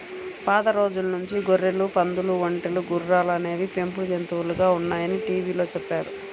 పాత రోజుల నుంచి గొర్రెలు, పందులు, ఒంటెలు, గుర్రాలు అనేవి పెంపుడు జంతువులుగా ఉన్నాయని టీవీలో చెప్పారు